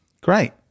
Great